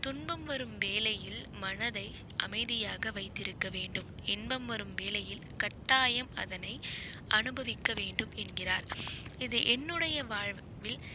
துன்பம் வரும் வேளையில் மனதை அமைதியாக வைத்திருக்க வேண்டும் இன்பம் வரும் வேளையில் கட்டாயம் அதனை அனுபவிக்க வேண்டும் என்கிறார் இது என்னுடைய வாழ்வில்